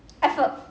I for~